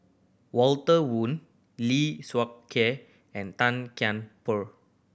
Walter Woon Lee Seow Ker and Tan Kian Por